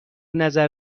نظر